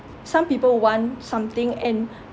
some people want something and